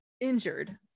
injured